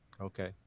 Okay